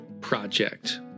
Project